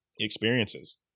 experiences